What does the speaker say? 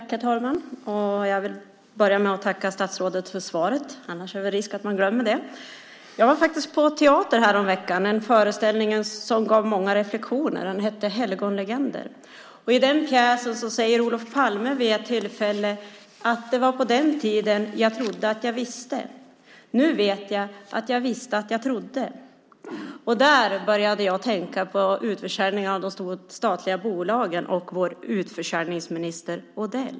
Herr talman! Jag vill börja med att tacka statsrådet för svaret, annars finns det risk att jag glömmer det. Jag var på teater häromveckan, en föreställning som gav många reflexioner. Den heter Helgonlegender . I den pjäsen säger Olof Palme vid ett tillfälle: Det var på den tiden jag trodde att jag visste. Nu vet jag att jag visste att jag trodde. Där började jag tänka på utförsäljningarna av de statliga bolagen och vår utförsäljningsminister Odell.